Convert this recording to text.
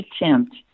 attempt